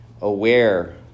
aware